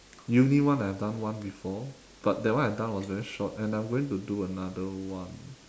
uni one I have done one before but that one I done was very short and I'm going to do another one